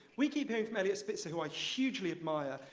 we keep hearing from eliot spitzer who i hugely admire,